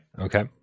Okay